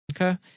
Okay